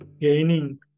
gaining